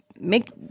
Make